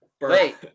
wait